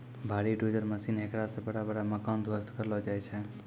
भारी dozer machine हेकरा से बड़ा बड़ा मकान ध्वस्त करलो जाय छै